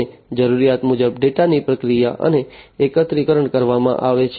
અને જરૂરિયાત મુજબ ડેટાની પ્રક્રિયા અને એકત્રીકરણ કરવામાં આવે છે